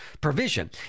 provision